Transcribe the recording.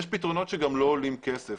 יש פתרונות שגם לא עולים כסף.